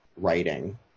Writing